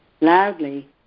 Loudly